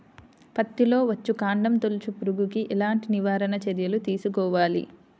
పత్తిలో వచ్చుకాండం తొలుచు పురుగుకి ఎలాంటి నివారణ చర్యలు తీసుకోవాలి?